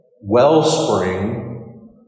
wellspring